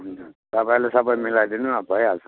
हुन्छ तपाईँहरूले सबै मिलाइदिनु अब भइहाल्छ त